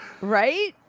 right